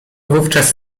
wówczas